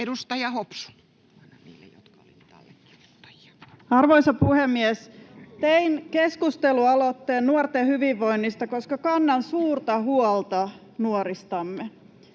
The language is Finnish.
Content: Arvoisa puhemies! Tein keskustelualoitteen nuorten hyvinvoinnista, koska kannan suurta huolta nuoristamme.